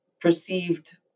perceived